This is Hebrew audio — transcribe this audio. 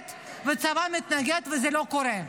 השרה גולן, תודה רבה.